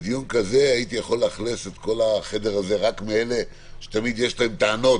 ובדיון כזה הייתי יכול לאכלס את כל החדר הזה רק מאלה שתמיד יש להם טענות